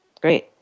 Great